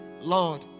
Lord